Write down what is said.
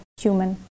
human